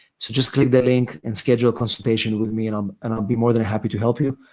so just click the link and schedule a consultation with me and um and i'll be more than happy to help you.